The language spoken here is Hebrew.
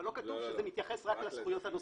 זה לא מתייחס רק לזכויות הנוספות.